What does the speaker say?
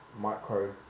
micro